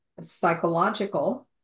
psychological